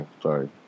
sorry